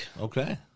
Okay